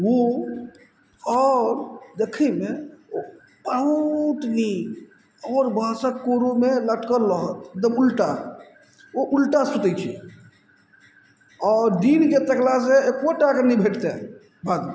ओ आओर देखयमे बहुत नीक आओर बाँसक कोरोमे लटकल रहत द उलटा ओ उलटा सुतय छै आओर दिनके तकलासँ एकोटाके नहि भेटतइ बादुर